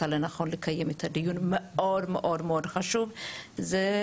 בכל זאת מצאת לנכון לקיים את הדיון המאוד מאוד חשוב הזה.